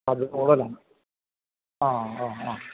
അതു കുടുതലാണ് ആ ആ ആ